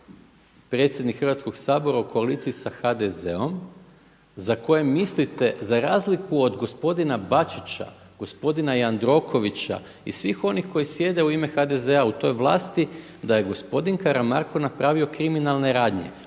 Predsjednik Hrvatskog sabora u koaliciji sa HDZ-om za koje mislite za razliku od gospodina Bačića, gospodina Jandrokovića i svih onih koji sjede u ime HDZ-a u toj vlasti da je gospodin Karamarko napravio kriminalne radnje?